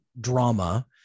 drama